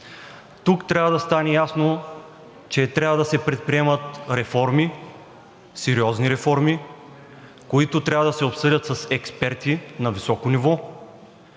Тук трябва да стане ясно, че трябва да се предприемат реформи – сериозни реформи, които трябва да се обсъдят с експерти на високо ниво,